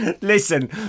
Listen